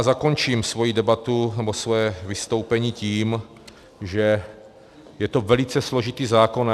Zakončím svoji debatu, nebo svoje vystoupení tím, že je to velice složitý zákon.